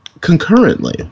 concurrently